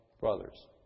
brothers